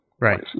right